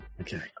Okay